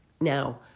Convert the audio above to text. Now